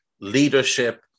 leadership